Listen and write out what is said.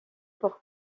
pour